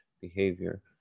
behavior